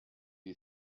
you